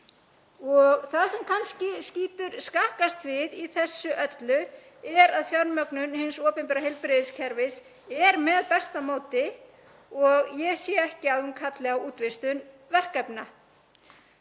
sem skýtur kannski skakkast við í þessu öllu er að fjármögnun hins opinbera heilbrigðiskerfis er með besta móti og ég sé ekki að hún kalli á útvistun verkefna.